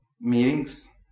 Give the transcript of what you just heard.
meetings